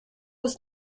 ist